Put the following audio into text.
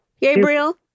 Gabriel